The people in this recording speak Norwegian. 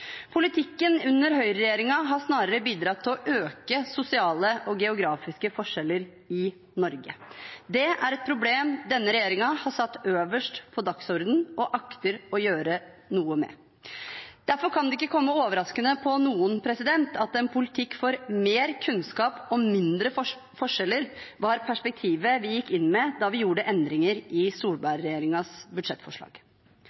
Politikken under høyreregjeringen har snarere bidratt til å øke sosiale og geografiske forskjeller i Norge. Det er et problem denne regjeringen har satt øverst på dagsordenen, og akter å gjøre noe med. Derfor kan det ikke komme overraskende på noen at en politikk for mer kunnskap og mindre forskjeller var perspektivet vi gikk inn med, da vi gjorde endringer i